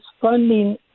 funding